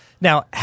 Now